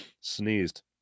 sneezed